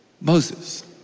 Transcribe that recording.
Moses